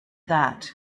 that